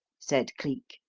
said cleek.